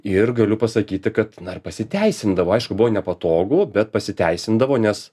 ir galiu pasakyti kad na ir pasiteisindavo aišku buvo nepatogu bet pasiteisindavo nes